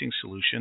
solution